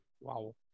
Wow